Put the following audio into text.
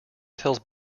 tells